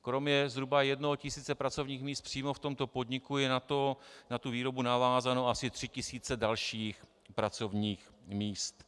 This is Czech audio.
Kromě zhruba jednoho tisíce pracovních míst přímo v tomto podniku je na výrobu navázáno asi 3 tisíce dalších pracovních míst.